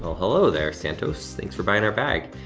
hello there, santos. thanks for buying our bag.